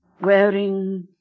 wearing